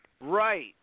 Right